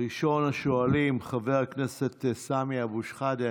ראשון השואלים, חבר הכנסת סמי אבו שחאדה.